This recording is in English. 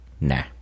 Nah